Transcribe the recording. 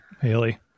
Haley